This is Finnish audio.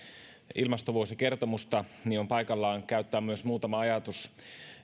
ilmastovuosikertomusta niin on paikallaan käyttää myös muutama ajatus